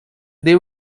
they